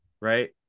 right